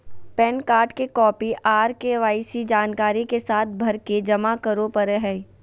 pan card के copy आर KYC जानकारी के साथ भरके जमा करो परय हय